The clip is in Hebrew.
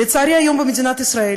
לצערי, היום במדינת ישראל